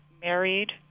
married